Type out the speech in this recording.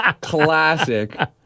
classic